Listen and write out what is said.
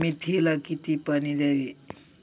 मेथीला किती पाणी द्यावे?